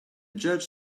judge